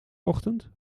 ochtend